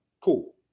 Cool